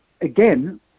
Again